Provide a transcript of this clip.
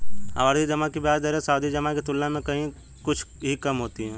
आवर्ती जमा की ब्याज दरें सावधि जमा की तुलना में कुछ ही कम होती हैं